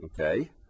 okay